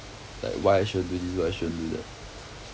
like why I shouldn't do this why I shouldn't do that